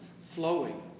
flowing